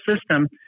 system